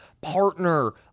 partner